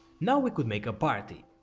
now we could make a party.